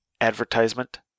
advertisement